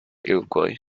iroquois